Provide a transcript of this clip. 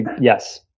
yes